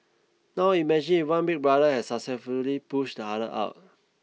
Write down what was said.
now imagine if one big brother has successfully pushed the other out